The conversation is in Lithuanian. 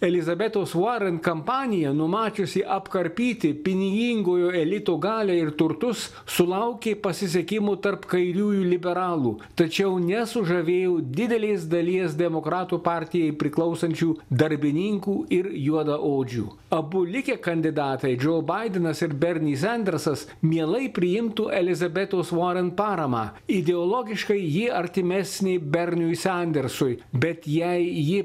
elizabetos varen kampanija numačiusi apkarpyti pinigingųjų elito galią ir turtus sulaukė pasisekimo tarp kairiųjų liberalų tačiau nesužavėjo didelės dalies demokratų partijai priklausančių darbininkų ir juodaodžių abu likę kandidatai džo baidenas ir berni sandersas mielai priimtų elizabetos varen parama ideologiškai ji artimesnė berniui sandersui bet jei ji